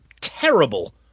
terrible